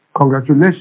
Congratulations